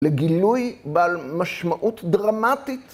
‫לגילוי בעל משמעות דרמטית.